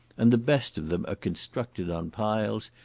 and the best of them are constructed on piles,